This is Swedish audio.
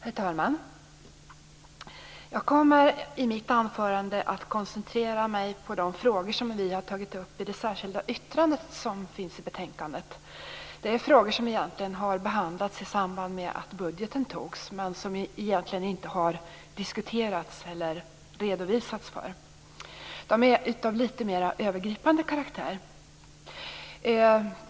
Herr talman! Jag kommer i mitt anförande att koncentrera mig på de frågor som vi har tagit upp i ett särskilt yttrande. Dessa frågor behandlades i samband med att budgeten antogs men har egentligen inte redovisats här tidigare. De är av en något övergripande karaktär.